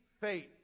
faith